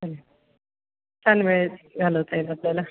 चालेल छान वेळ घालवता येईल आपल्याला